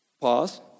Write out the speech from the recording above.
Pause